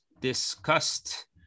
discussed